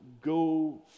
go